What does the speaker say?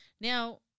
Now